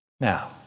Now